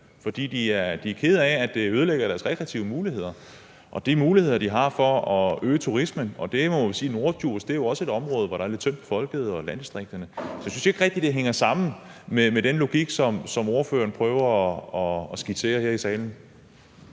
fordi de er kede af, at det ødelægger deres rekreative muligheder og de muligheder, de har for at øge turismen, og vi må sige, at Norddjurs også er et område, hvor der er lidt tyndt befolket. Jeg synes ikke rigtig, det hænger sammen med den logik, som ordføreren prøver at skitsere her i salen.